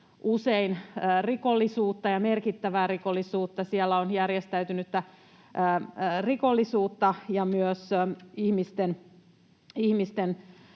ja merkittävää rikollisuutta, siellä on järjestäytynyttä rikollisuutta ja myös ihmisten